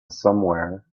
somewhere